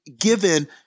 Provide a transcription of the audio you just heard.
given